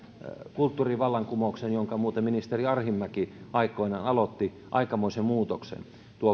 kulttuurivallankumouksen jonka muuten ministeri arhinmäki aikoinaan aloitti aikamoisen muutoksen